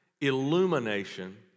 illumination